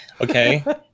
Okay